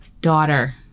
daughter